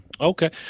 okay